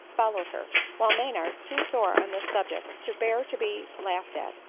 followed her while maynard, too sore on this subject to bear to be laughed at,